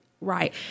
right